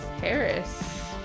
harris